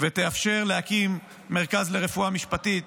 ותאפשר להקים מרכז לרפואה משפטית